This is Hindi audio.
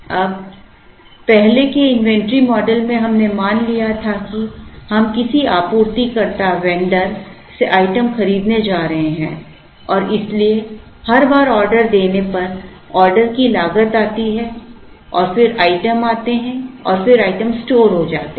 अब पहले पहले के इन्वेंट्री मॉडल में हमने मान लिया था कि हम किसी आपूर्तिकर्ता वेंडर से आइटम खरीदने जा रहे हैं और इसलिए हर बार ऑर्डर देने पर ऑर्डर की लागत आती है और फिर आइटम आते हैं और फिर आइटम स्टोर हो जाते हैं